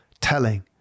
telling